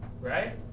right